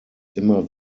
immer